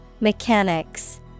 Mechanics